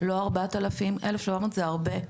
לא 4,000. 1,700 זה הרבה,